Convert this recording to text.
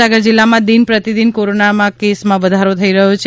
મહીસાગર જિલ્લામાં દિન પ્રતિદિન કોરોના કેસમાં વધારો થઈ રહ્યો છે